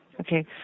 Okay